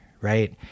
right